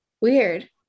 Weird